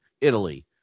Italy